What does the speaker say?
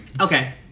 okay